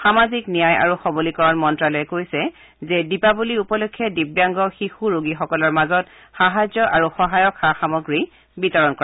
সামাজিক ন্যায় আৰু সৱলীকৰণ মন্তালয়ে কৈছে যে দীপাৱলী উপলক্ষে দিব্যাংগ শিশু ৰোগীসকলৰ মাজত সাহায্য আৰু সহায়ক সা সামগ্ৰী বিতৰণ কৰে